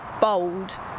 bold